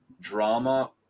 drama